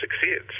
succeeds